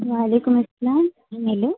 وعلیکم السلام ہیلو